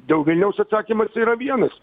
dėl vilniaus atsakymas yra vienas